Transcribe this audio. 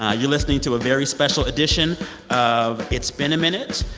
ah you're listening to a very special edition of it's been a minute.